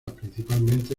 principalmente